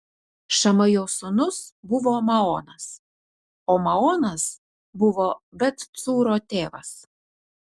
šamajo sūnus buvo maonas o maonas buvo bet cūro tėvas